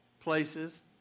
places